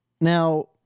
now